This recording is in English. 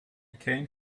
came